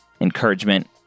encouragement